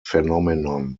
phenomenon